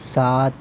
ساتھ